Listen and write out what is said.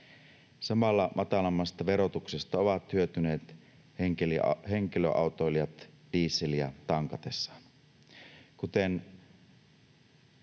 Samalla matalammasta verotuksesta ovat hyötyneet henkilöautoilijat dieseliä tankatessaan.